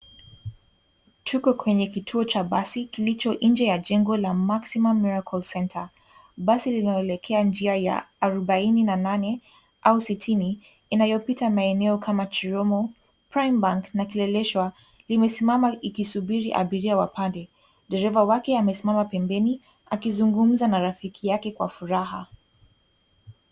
Tuko kwenye kituo cha basi kilicho nje ya jengo la Maximum Miracle Center . Basi linaloelekea njia ya arobaini na nane au sitini inayopita maeneo kama Chiromo, Prime Bank na kileleshwa limesimama ikisubiri abiria wapande. Dereva wake amesimama pembeni akizungumza na rafiki yake kwa furaha.